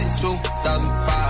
2005